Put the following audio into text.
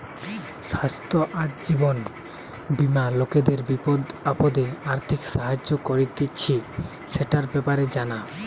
স্বাস্থ্য আর জীবন বীমা লোকদের বিপদে আপদে আর্থিক সাহায্য করতিছে, সেটার ব্যাপারে জানা